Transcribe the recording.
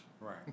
Right